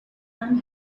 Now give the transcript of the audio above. and